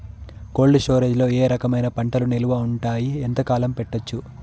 Cold storage లో ఏ రకమైన పంటలు నిలువ ఉంటాయి, ఎంతకాలం పెట్టొచ్చు?